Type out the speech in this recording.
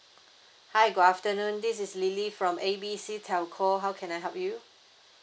hi good afternoon this is lily from A B C telco how can I help you